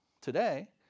today